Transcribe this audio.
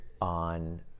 on